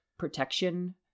protection